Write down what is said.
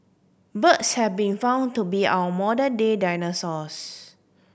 birds have been found to be our modern day dinosaurs